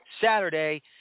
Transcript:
Saturday